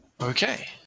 Okay